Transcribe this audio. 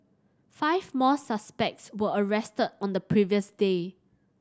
five more suspects were arrested on the previous day